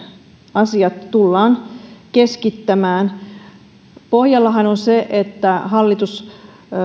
asiat tullaan keskittämään pohjallahan on se että hallitus